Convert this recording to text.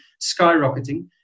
skyrocketing